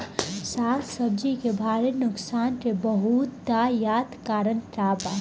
साग सब्जी के भारी नुकसान के बहुतायत कारण का बा?